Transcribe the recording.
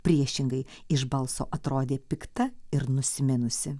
priešingai iš balso atrodė pikta ir nusiminusi